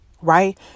right